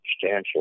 substantial